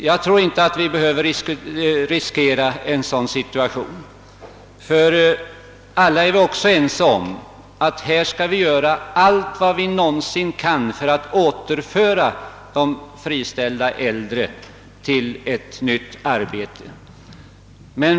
Jag tror inte att vi behöver riskera en sådan situation, ty vi är alla ense om att göra allt vad vi någonsin kan för att återföra de friställda äldre människorna till arbetslivet.